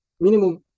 minimum